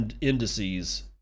indices